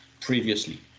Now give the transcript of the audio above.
previously